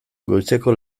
goizeko